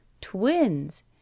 Twins